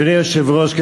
אדוני היושב-ראש,